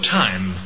time